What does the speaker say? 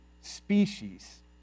species